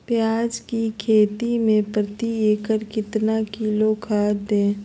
प्याज की खेती में प्रति एकड़ कितना किलोग्राम खाद दे?